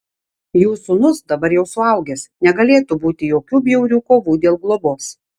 jų sūnus dabar jau suaugęs negalėtų būti jokių bjaurių kovų dėl globos